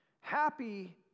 Happy